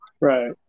Right